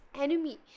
enemy